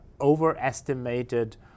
overestimated